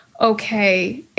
okay